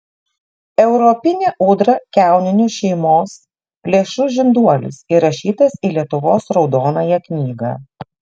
europinė ūdra kiauninių šeimos plėšrus žinduolis įrašytas į lietuvos raudonąją knygą